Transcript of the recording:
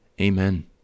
Amen